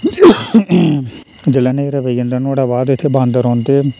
जेल्लै न्हेरा पेई जंदा नुहाड़े बाद इत्थै बांदर औंदे